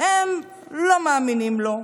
והם לא מאמינים לו.